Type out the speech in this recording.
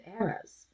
eras